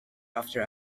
after